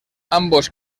ambos